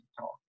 talk